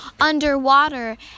underwater